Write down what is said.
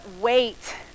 wait